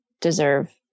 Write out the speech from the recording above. deserve